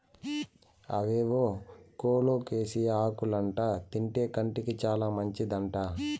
అవేవో కోలోకేసియా ఆకులంట తింటే కంటికి చాలా మంచిదంట